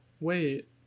wait